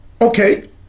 okay